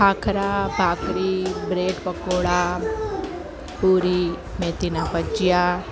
ખાખરા ભાખરી બ્રેડ પકોડા પૂરી મેથીના ભજીયા